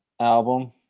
album